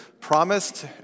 promised